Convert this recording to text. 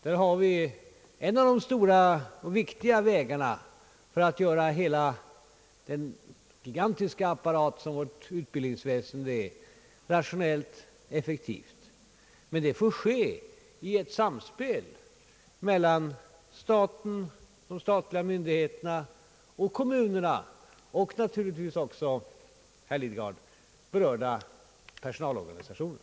Där har vi en av de stora och viktiga vägarna att göra den gigantiska apparat som vårt utbildningsväsende är rationellt och effektivt. Men det får ske i ett samspel mellan de statliga myndigheterna och kommunerna — och naturligtvis också, herr Lidgard, berörda personalorganisationer.